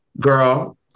girl